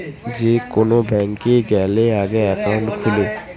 যে কোন ব্যাংকে গ্যালে আগে একাউন্ট খুলে